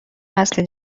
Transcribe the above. نسل